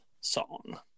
song